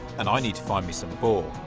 and i need to find me some boar.